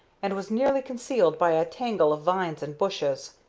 and was nearly concealed by a tangle of vines and bushes.